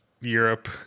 Europe